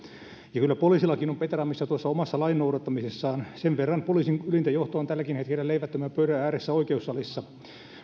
ja kyllä poliisillakin on petraamista tuossa omassa lain noudattamisessaan sen verran poliisin ylintä johtoa on tälläkin hetkellä leivättömän pöydän ääressä oikeussalissa